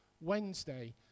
wednesday